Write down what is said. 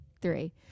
three